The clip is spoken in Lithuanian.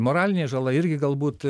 moralinė žala irgi galbūt